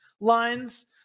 lines